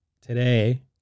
today